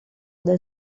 del